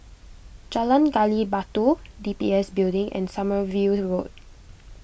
Jalan Gali Batu D B S Building and Sommerville Road